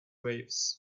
waves